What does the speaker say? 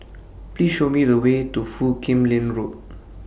Please Show Me The Way to Foo Kim Lin Road